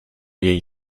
jej